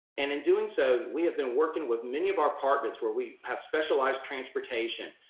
and in doing so, we have been working with many of our partners where we have specialized transportation,